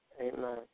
Amen